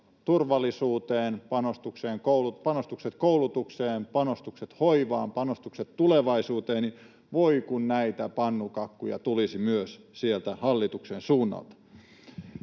turvallisuuteen, panostukset koulutukseen, panostukset hoivaan, panostukset tulevaisuuteen — voi kun näitä pannukakkuja tulisi myös sieltä hallituksen suunnalta.